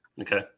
Okay